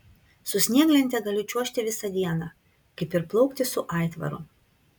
su snieglente galiu čiuožti visą dieną kaip ir plaukti su aitvaru